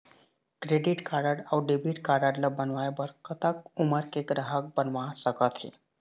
Credit card अऊ debit card ला बनवाए बर कतक उमर के ग्राहक बनवा सका थे?